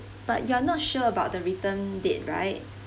but you're not sure about the return date right